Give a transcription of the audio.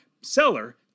seller